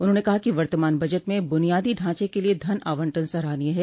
उन्होंने कहा कि वर्तमान बजट में ब्रुनियादी ढांचे के लिए धन आवंटन सराहनीय है